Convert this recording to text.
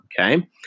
Okay